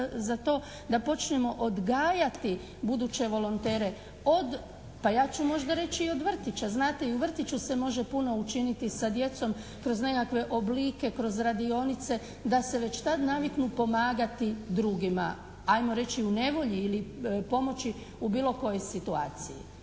za to da počnemo odgajati buduće volontere od pa ja ću možda reći i od vrtića. Znate i u vrtiću se može puno učiniti sa djecom kroz nekakve oblike, kroz radionice da se već tad naviknu pomagati drugima ajmo reći u nevolji ili pomoći u bilo kojoj situaciji.